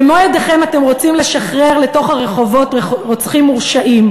במו-ידיכם אתם רוצים לשחרר לתוך הרחובות רוצחים מורשעים,